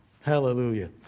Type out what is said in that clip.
Hallelujah